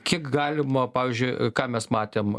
kiek galima pavyzdžiui ką mes matėm